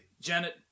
Janet